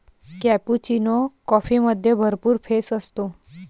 cappuccino कॉफीमध्ये भरपूर फेस असतो